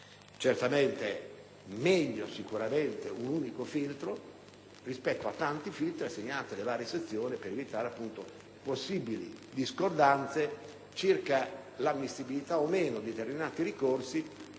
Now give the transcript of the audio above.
sicuramente meglio un unico filtro, rispetto a tanti filtri assegnati alle varie sezioni, per evitare possibili discordanze circa l'ammissibilità o meno dei ricorsi,